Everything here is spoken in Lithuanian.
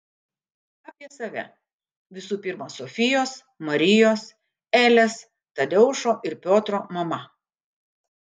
apie save visų pirma zofijos marijos elės tadeušo ir piotro mama